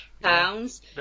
pounds